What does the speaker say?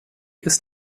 ist